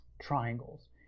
triangles